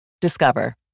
Discover